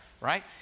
Right